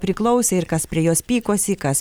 priklausė ir kas prie jos pykosi kas